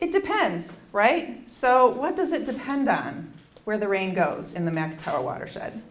it depends right so what does it depend on where the rain goes in the mactel watershed